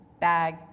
bag